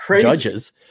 judges